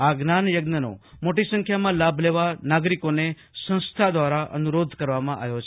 આ જ્ઞાનયજ્ઞનો મોટી સંખ્યામાં લાભ લેવા નાગરીકોને સંસ્થા દ્વારા એુનોરધ કરવામાં આવ્યો છે